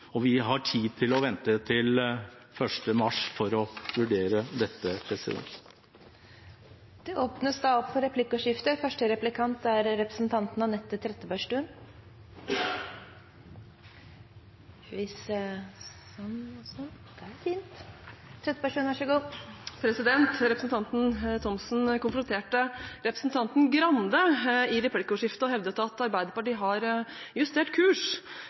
Vi har tid til å vente til 1. mars 2017 for å vurdere dette. Det blir replikkordskifte. Representanten Thomsen konfronterte representanten Grande i replikkordskiftet og hevdet at Arbeiderpartiet har justert kurs. Og her snakker en ekspert, for når det kommer til ikke bare å justere kurs,